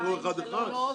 אתם תספרו אחד, אחד?